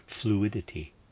fluidity